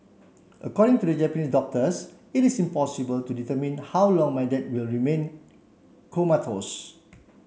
according to the Japanese doctors it is impossible to determine how long my dad will remain comatose